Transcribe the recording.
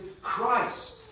Christ